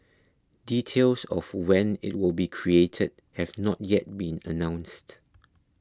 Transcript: details of when it will be created have not yet been announced